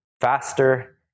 faster